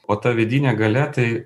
o ta vidinė galia tai